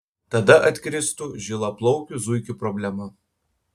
tada atkristų žilaplaukių zuikių problema